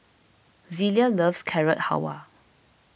Zelia loves Carrot Halwa